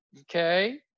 Okay